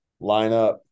lineup